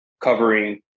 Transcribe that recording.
covering